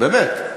באמת.